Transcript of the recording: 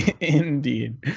Indeed